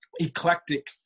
eclectic